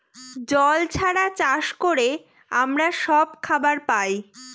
জল ছাড়া চাষ করে আমরা সব খাবার পায়